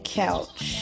couch